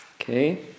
Okay